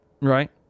right